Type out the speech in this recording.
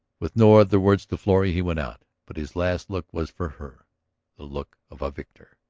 with no other word to florrie he went out. but his last look was for her, the look of a victor.